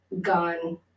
gone